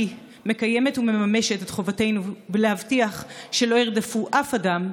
היא מקיימת ומממשת את חובתנו להבטיח שלא ירדפו אף אדם,